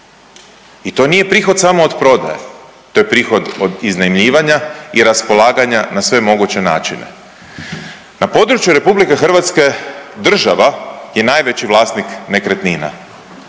i to nije prihod samo od prodaje, to je prihod od iznajmljivanja i raspolaganja na sve moguće načine. Na području RH država je najveći vlasnik nekretnina